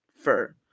fur